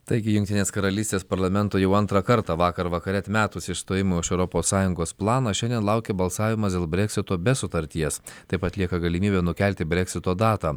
taigi jungtinės karalystės parlamento jau antrą kartą vakar vakare atmetus išstojimo iš europos sąjungos planą šiandien laukia balsavimas dėl breksito be sutarties taip pat lieka galimybė nukelti breksito datą